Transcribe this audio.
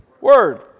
Word